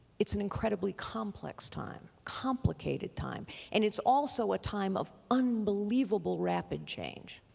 it's an incredibly complex time, complicated time and it's also a time of unbelievable rapid change.